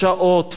שעות,